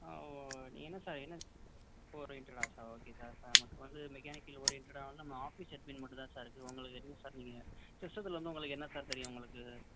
ஆ ஓ நீங்கள் என்ன சார் என்ன ஓரியண்டடாக சார் ஓகே சார் நமக்கு வந்து மெக்கானிக்கல் ஓரியண்டடாக வந்து நம்ம ஆஃபீஸ் அட்மின் மட்டும் தான் சார் இருக்குது உங்களுக்கு எது சார் நீங்கள் சிஸ்டத்தில் வந்து உங்களுக்கு என்ன சார் தெரியும் உங்களுக்கு